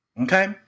okay